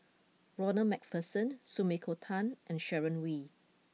Ronald MacPherson Sumiko Tan and Sharon Wee